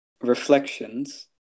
Reflections